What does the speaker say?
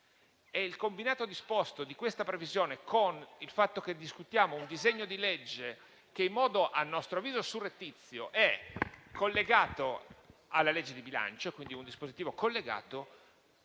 Il combinato disposto di questa previsione e dal fatto che discutiamo un disegno di legge che in modo, a nostro avviso, surrettizio, è collegato alla legge di bilancio, preclude la possibilità